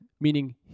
Meaning